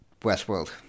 Westworld